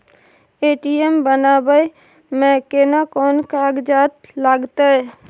ATM बनाबै मे केना कोन कागजात लागतै?